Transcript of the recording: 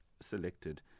selected